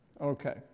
Okay